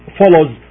follows